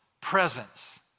presence